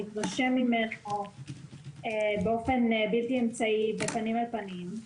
מתרשם ממנו באופן בלתי אמצעי ופנים אל פנים.